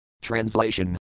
Translation